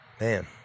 Man